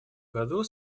году